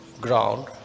ground